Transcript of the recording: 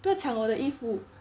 不要抢我的衣服